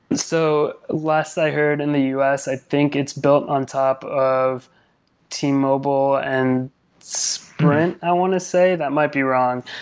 so last i heard in the u s, i think it's built on top of t-mobile and sprint, i want to say. that might be wrong.